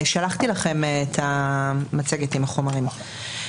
שלחתי לכם את המצגת עם החומרים.